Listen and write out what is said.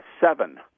seven